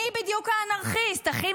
מי בדיוק האנרכיסט, אחים